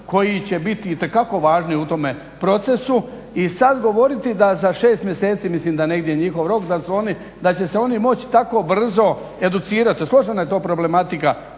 koji će biti itekako važni u tome procesu. I sada govoriti da za 6 mjeseci mislim da je negdje njihov rok da će se oni moći tako brzo educirati a složena je to problematika